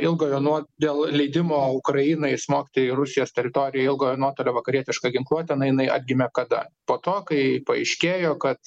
ilgojo nuo dėl leidimo ukrainai smogti į rusijos teritoriją ilgojo nuotolio vakarietiška ginkluote na jinai atgimė kada po to kai paaiškėjo kad